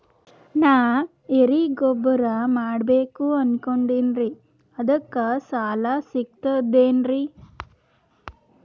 ನಾ ಎರಿಗೊಬ್ಬರ ಮಾಡಬೇಕು ಅನಕೊಂಡಿನ್ರಿ ಅದಕ ಸಾಲಾ ಸಿಗ್ತದೇನ್ರಿ?